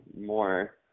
more